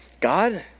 God